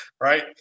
Right